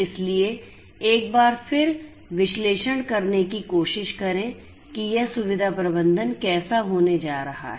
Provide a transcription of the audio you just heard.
इसलिए एक बार फिर विश्लेषण करने की कोशिश करें कि यह सुविधा प्रबंधन कैसा होने जा रहा है